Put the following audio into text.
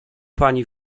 pani